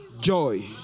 Joy